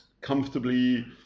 comfortably